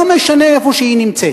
לא משנה איפה היא נמצאת.